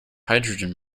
hydrogen